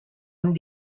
amb